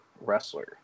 wrestler